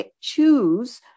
choose